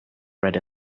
bred